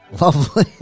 lovely